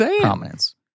prominence